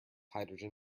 hydrogen